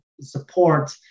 support